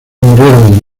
murieron